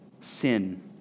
sin